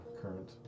current